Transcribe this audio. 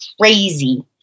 crazy